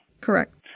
Correct